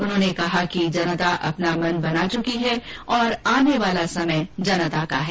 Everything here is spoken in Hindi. उन्होंने कहा कि जनता मन बना चुकी है और आने वाला समय जनता का है